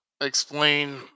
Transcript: explain